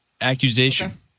accusation